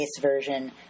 version